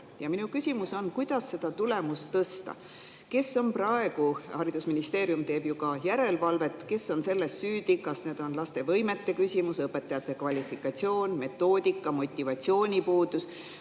Ja minu küsimus on, kuidas seda tulemust [parandada]. Haridusministeerium teeb ju ka järelevalvet. Kes on selles süüdi? Kas see on laste võimete küsimus, õpetajate kvalifikatsioon, metoodika, motivatsioonipuudus